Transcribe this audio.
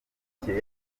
itike